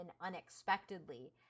unexpectedly